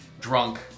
drunk